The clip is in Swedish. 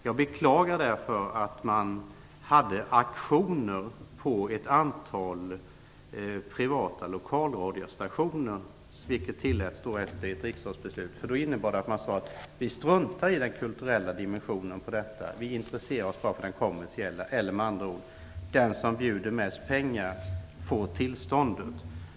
Jag beklagar därför att man hade auktioner på ett antal privata lokalradiostationer, vilket tilläts efter ett riksdagsbeslut. Det innebar att man sade: Vi struntar i den kulturella dimensionen; vi intresserar oss bara för den kommersiella - eller med andra ord: Den som bjuder mest pengar få tillståndet.